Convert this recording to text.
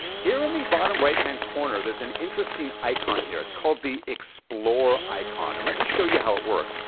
here in the bottom right hand corner there's an interesting icon here, it's called the explore icon. and let me show you how it works.